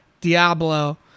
Diablo